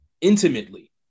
intimately